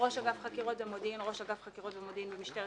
"ראש אגף חקירות ומודיעין" ראש אגף חקירות ומודיעין במשטרת